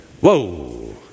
Whoa